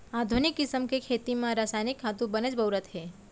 आधुनिक किसम के खेती म रसायनिक खातू बनेच बउरत हें